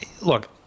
look